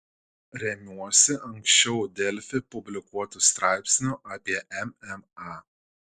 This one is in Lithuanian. remiuosi ankščiau delfi publikuotu straipsniu apie mma